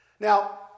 Now